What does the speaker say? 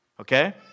okay